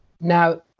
now